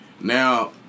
Now